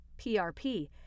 PRP